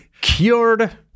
Cured